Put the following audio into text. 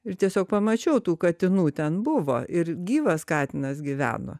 ir tiesiog pamačiau tų katinų ten buvo ir gyvas katinas gyveno